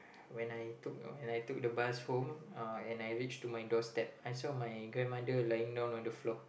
when I took when I took the bus home uh and I reach to my doorstep I saw my grandmother lying down on the floor